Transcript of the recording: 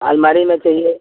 अलमारी में चाहिए